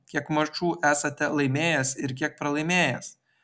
kiek mačų esate laimėjęs ir kiek pralaimėjęs